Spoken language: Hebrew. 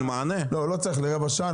לא צריך לעצור לרבע שעה.